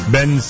Ben